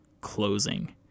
closing